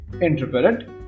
interpret